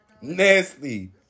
Nasty